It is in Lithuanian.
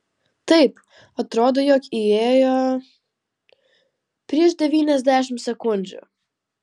taip atrodo jog įėjo prieš devyniasdešimt sekundžių